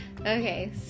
Okay